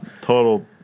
Total